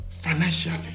financially